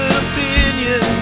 opinion